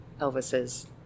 Elvis's